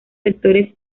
sectores